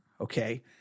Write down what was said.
okay